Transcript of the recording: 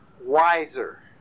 wiser